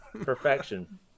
Perfection